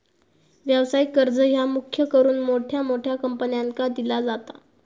व्यवसायिक कर्ज ह्या मुख्य करून मोठ्या मोठ्या कंपन्यांका दिला जाता